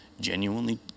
genuinely